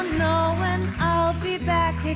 know when i'll be back